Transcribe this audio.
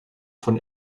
von